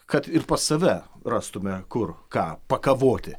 kad ir pas save rastume kur ką pakovoti